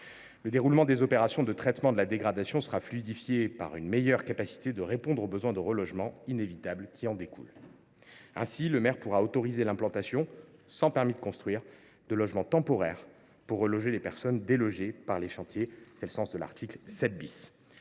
Le déroulement des opérations de traitement de la dégradation sera fluidifié par une meilleure capacité à répondre aux besoins de relogement inévitables qui en découlent. Ainsi, le maire pourra autoriser l’implantation, sans permis de construire, de logements temporaires pour reloger les personnes délogées par les chantiers. Tel est l’objet de l’article 7 .